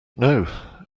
know